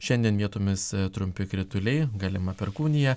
šiandien vietomis trumpi krituliai galima perkūnija